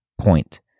point